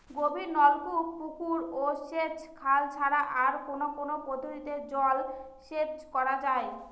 গভীরনলকূপ পুকুর ও সেচখাল ছাড়া আর কোন কোন পদ্ধতিতে জলসেচ করা যায়?